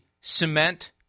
cement